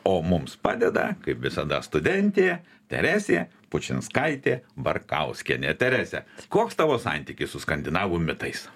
o mums padeda kaip visada studentė teresė pučinskaitė barkauskienė terese koks tavo santykis su skandinavų mitais